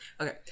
okay